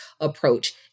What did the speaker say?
approach